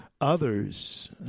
others